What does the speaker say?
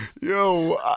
Yo